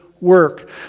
work